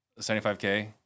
75K